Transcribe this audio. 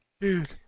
Dude